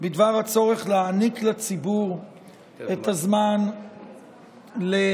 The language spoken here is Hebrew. בדבר הצורך להעניק לציבור את הזמן לעיין